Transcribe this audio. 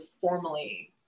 formally